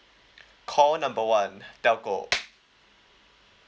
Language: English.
call number one telco